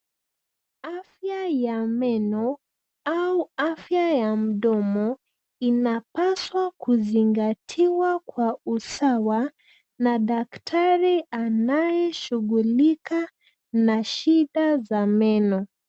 Afya ya meno au afya ya mdomo inapaswa kuzingatiwa kwa usawa na daktari anayeshughulika na shida za meno.